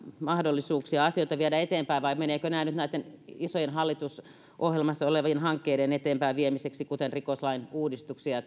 mahdollisuuksia viedä asioita eteenpäin vai meneekö nämä nyt näitten isojen hallitusohjelmassa olevien hankkeiden eteenpäin viemiseksi kuten rikoslain uudistusten ja